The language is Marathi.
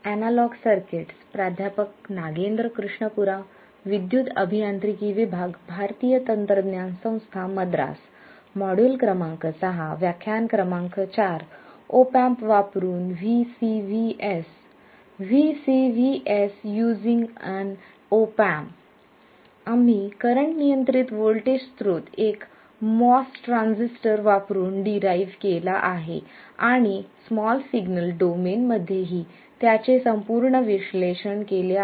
आम्ही करंट नियंत्रित व्होल्टेज स्त्रोत एक MOS ट्रान्झिस्टर वापरुन डिराईव्ह केला आहे आणि स्मॉल सिग्नल डोमेन मध्येही त्याचे संपूर्ण विश्लेषण केले आहे